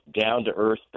down-to-earth